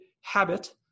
habit